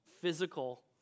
physical